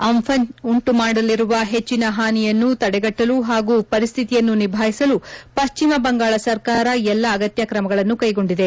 ಅಂಘನ್ ಉಂಟುಮಾಡಲಿರುವ ಹೆಚ್ಚಿನ ಹಾನಿಯನ್ನು ತಡೆಗಟ್ಟಲು ಹಾಗೂ ಪರಿಸ್ಟಿತಿಯನ್ನು ನಿಭಾಯಿಸಲು ಪಶ್ಚಿಮ ಬಂಗಾಳ ಸರ್ಕಾರ ಎಲ್ಲಾ ಅಗತ್ಯ ಕ್ರಮಗಳನ್ನು ಕೈಗೊಂಡಿದೆ